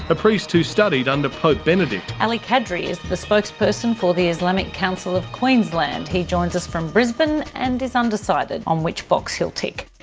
a priest who studied under pope benedict. ali kadri is the spokesperson for the islamic council of queensland. he joins us from brisbane and is undecided on which box he'll tick.